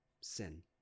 sin